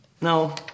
Now